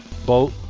Boat